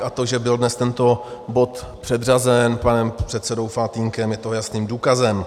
A to, že byl dnes tento bod předřazen panem předsedou Faltýnkem, je toho jasným důkazem.